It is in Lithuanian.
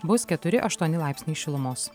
bus keturi aštuoni laipsniai šilumos